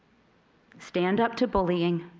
stand up to bullying.